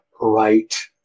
right